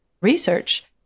research